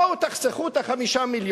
בואו תחסכו את 5 המיליון,